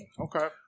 okay